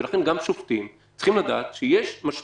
לכן גם שופטים צריכים לדעת שיש לזה משמעות,